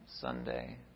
Sunday